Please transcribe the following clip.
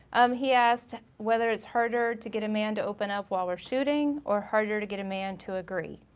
um he asked whether it's harder to get a man to open up while we're shooting or harder to get a man to agree.